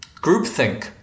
groupthink